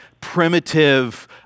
primitive